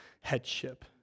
headship